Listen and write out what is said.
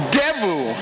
devil